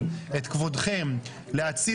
ואחר כך מתחלפים.